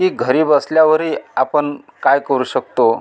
की घरी बसल्यावर ही आपण काय करू शकतो